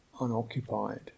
unoccupied